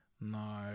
No